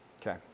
Okay